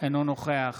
אינו נוכח